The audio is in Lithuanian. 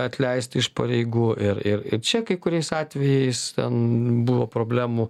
atleisti iš pareigų ir ir čia kai kuriais atvejais ten buvo problemų